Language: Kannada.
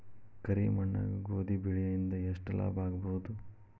ಕರಿ ಮಣ್ಣಾಗ ಗೋಧಿ ಬೆಳಿ ಇಂದ ಎಷ್ಟ ಲಾಭ ಆಗಬಹುದ?